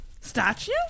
statue